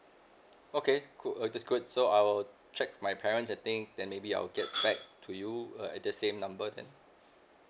okay cool oh that's good so I will check my parents I think then maybe I'll get back to you uh at the same number then